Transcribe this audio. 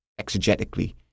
exegetically